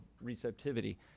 receptivity